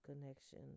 connection